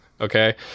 Okay